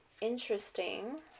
interesting